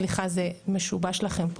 סליחה זה משובש לכם,